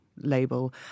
label